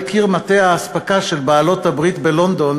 קיר מטה האספקה של בעלות-הברית בלונדון